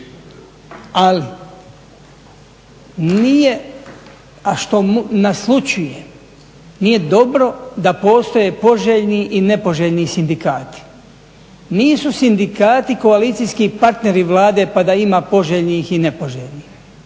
ali nije, a što naslućujem, nije dobro da postoje poželjni i nepoželjni sindikati. Nisu sindikati koalicijski partneri Vlade pa da ima poželjnih i nepoželjnih,